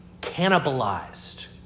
cannibalized